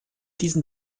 diesen